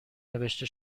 نوشته